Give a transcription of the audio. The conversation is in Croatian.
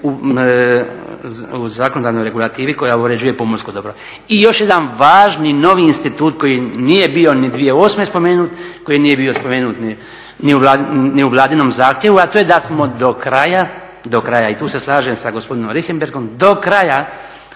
u zakonodavnoj regulativi koja uređuje pomorsko dobro. I još jedan važni, novi institut koji nije bio ni 2008. spomenut, koji nije bio spomenut ni u Vladinom zahtjevu, a to je da smo do kraja, do kraja, i tu se slažem sa gospodinom Richemberghom, do kraja